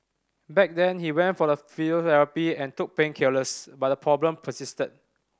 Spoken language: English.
back then he went for a physiotherapy and took painkillers but the problem persisted